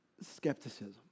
skepticism